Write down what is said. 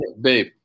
Babe